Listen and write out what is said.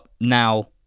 now